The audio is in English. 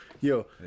yo